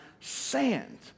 sand